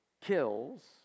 kills